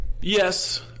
yes